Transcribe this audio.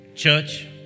Church